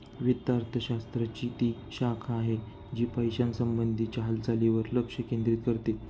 वित्त अर्थशास्त्र ची ती शाखा आहे, जी पैशासंबंधी च्या हालचालींवर लक्ष केंद्रित करते